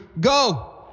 go